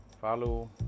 follow